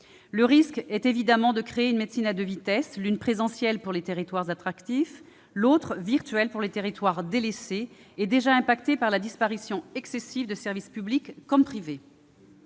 le risque est évidemment de créer une médecine à deux vitesses, l'une présentielle pour les territoires attractifs, l'autre virtuelle pour les territoires délaissés et déjà impactés par la disparition excessive de services publics comme privés.